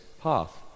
path